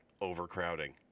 overcrowding